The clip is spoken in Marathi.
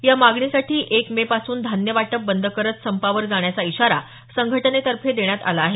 या मागणीसाठी एक मे पासून धान्य वाटप बंद करत संपावर जाण्याचा इशारा संघटनेतर्फे देण्यात आला आहे